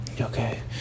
okay